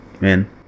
Man